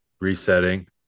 resetting